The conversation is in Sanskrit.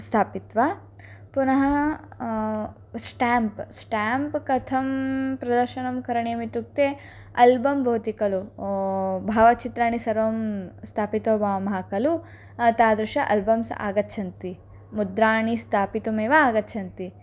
स्थापित्वा पुनः स्टेम्प् स्टेम्प् कथं प्रदर्शनं करणीयम् इत्युक्ते अल्बम् भवति खलु भावचित्राणि सर्वं स्थापितं भवामः खलु तादृशम् अल्बम्स् आगच्छन्ति मुद्राणि स्थापितुमेव आगच्छन्ति